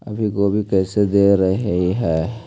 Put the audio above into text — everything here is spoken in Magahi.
अभी गोभी कैसे दे रहलई हे?